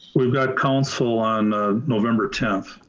we've got council on november tenth.